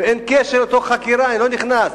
ואין קשר לאותה חקירה, ואני לא נכנס לזה.